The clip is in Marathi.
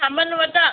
आमल वजा